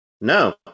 No